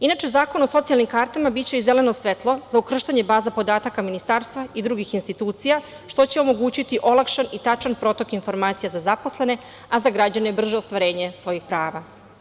Inače, Zakon o socijalnim kartama biće i zeleno svetlo za ukrštanje baza podataka ministarstva i drugih institucija što će omogućiti olakšan i tačan protok informacija za zaposlene, a za građane brže ostvarenje svojih prava.